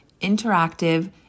interactive